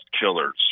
killers